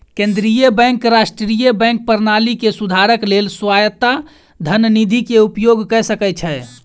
केंद्रीय बैंक राष्ट्रीय बैंक प्रणाली के सुधारक लेल स्वायत्त धन निधि के उपयोग कय सकै छै